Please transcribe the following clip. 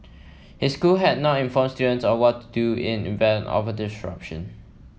his school had not informed students of what to do in event of a disruption